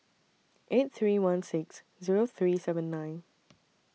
eight three one six Zero three seven nine